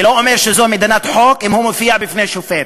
זה לא אומר שזו מדינת חוק אם הוא מופיע בפני שופט,